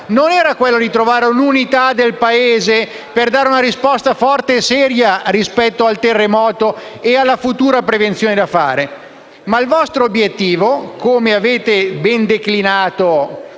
non era trovare l'unità del Paese per dare una risposta forte e seria rispetto al terremoto e alla futura prevenzione. Il vostro obiettivo - come avete ben declinato